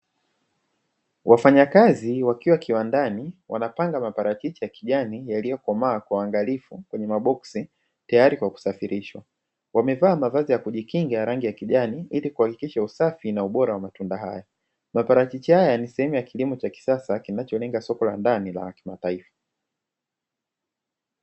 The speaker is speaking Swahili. Wafanyakazi wakiwa kiwandani wanapanga maparachichi ya kijani yaliyokomaa kwa uangalifu kwenye maboksi tayari kwa kusafirishwa, wamevaa mavazi ya kujikinga ya rangi ya kijani ili kuhakikisha usafi na ubora wa matunda haya. Maparachichi haya ni sehemu ya kilimo cha kisasa, kinacholenga soko la ndani la kimataifa.